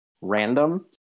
random